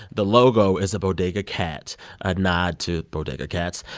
the logo is a bodega cat a nod to bodega cats.